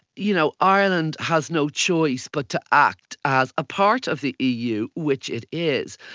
you know ireland has no choice but to act as a part of the eu, which it is.